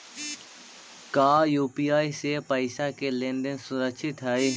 का यू.पी.आई से पईसा के लेन देन सुरक्षित हई?